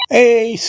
Hey